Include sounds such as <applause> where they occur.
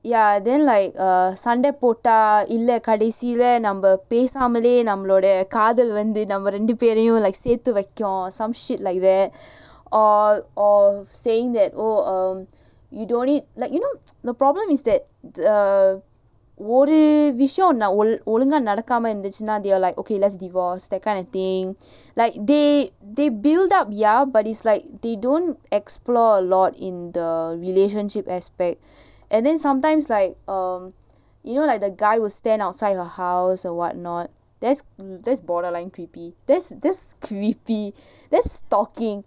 ya then like err சண்ட போட்டா இல்ல கடைசில நம்ம பேசாமலே நம்மளோட காதல் வந்து நம்ம ரெண்டு பேரையும் சேத்து வெக்கும்sanda pottaa illa kadaisila namma pesaamalae nammaloda kaathal vanthu namma rendu peraiyum saethu vekkum or some shit like that or or saying that oh um you don't need like you know <noise> the problem is that uh ஒரு விஷயோம் ஒழுங்கா நடக்காம இருந்திச்சினா:oru vishayom olungaa nadakkaama irunthichinaa they're like okay let's divorce that kind of thing like they they build up ya but it's like they don't explore a lot in the relationship aspect and then sometimes like um you know like the guy will stand outside her house or what not that's that's borderline creepy that's that's creepy that's stalking